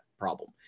problem